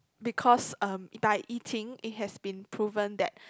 because um by eating it has been proven that